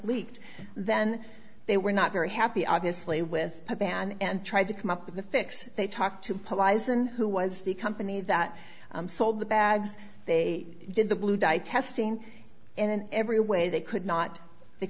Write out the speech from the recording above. leaked then they were not very happy obviously with the ban and tried to come up with a fix they talk to pull aizen who was the company that sold the bags they did the blue dye testing in every way they could not they